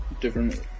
different